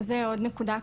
אז זו עוד נקודה.